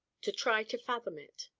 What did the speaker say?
to try to fathom it.